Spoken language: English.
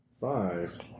Five